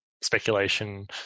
speculation